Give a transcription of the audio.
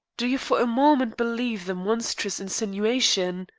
do you for a moment believe the monstrous insinuation?